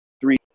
Three